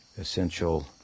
essential